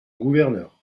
gouverneur